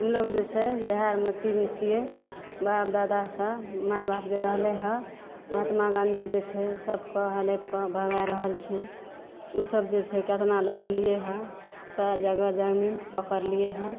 ई लोक जे छै इएह मुँहचिरी छिए बाप दादासे माइबाप जे रहलै हँ महत्मा गाँधी जे छै सभके हड़पिके भगै रहल छै ईसब जे छै कतना लड़लिए हँ तऽ जगह जमीन पकड़लिए हँ